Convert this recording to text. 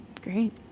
Great